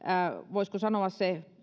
voisiko sanoa